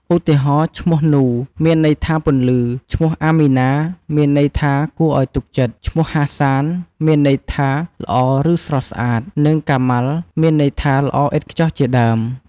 ឧទាហរណ៍ ឈ្មោះ នូ មានន័យថាពន្លឺ, ឈ្មោះ អាមីណា មានន័យថាគួរឱ្យទុកចិត្ត, ឈ្មោះហាសាន មានន័យថាល្អឬស្រស់ស្អាត, និងកាម៉ាល់ មានន័យថាល្អឥតខ្ចោះជាដើម។